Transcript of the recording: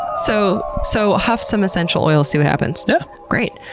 so so, huff some essential oil, see what happens. yeah great.